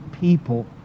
people